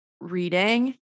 reading